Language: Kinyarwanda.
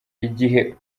igihe